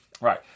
Right